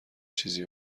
چیزی